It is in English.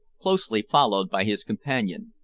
closely followed by his companion.